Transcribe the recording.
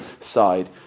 side